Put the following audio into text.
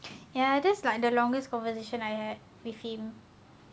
ya that's like the longest conversation I had with him